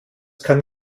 kann